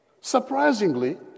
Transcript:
Surprisingly